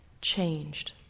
changed